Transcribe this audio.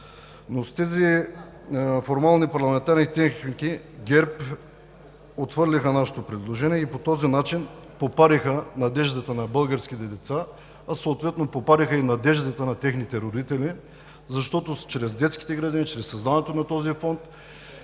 С тези формални парламентарни техники ГЕРБ отхвърлиха нашето предложение и по този начин попариха надеждата на българските деца, а съответно попариха и надеждата на техните родители, защото чрез детските градини, чрез създаването на този фонд